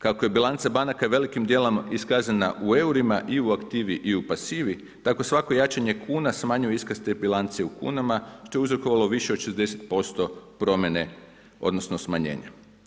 Kako je bilanca banaka velikim dijelom iskazana u eurima i u aktivi i u pasivi, tako svako jačanje kuna smanjuje iskaz te bilance u kunama što je uzrokovalo više od 60% promjene odnosno smanjenja.